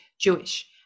jewish